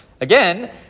Again